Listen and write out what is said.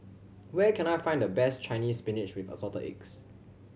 where can I find the best Chinese Spinach with Assorted Eggs